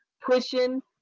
pushing